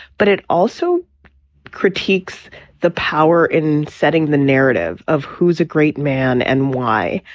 but it also critiques the power in setting the narrative of who's a great man and why.